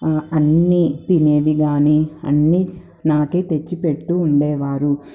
అన్నీ తినేవి కానీ అన్నీ నాకే తెచ్చి పెడుతూ ఉండేవారు